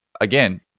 again